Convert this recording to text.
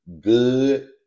Good